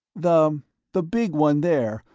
the the big one there,